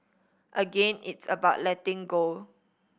again it's about letting go